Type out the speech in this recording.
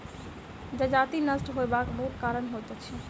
जजति नष्ट होयबाक बहुत कारण होइत अछि